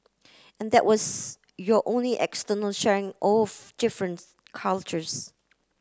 and that was your only external sharing of different cultures